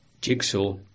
jigsaw